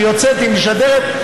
כשהיא יוצאת היא משדרת,